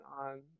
on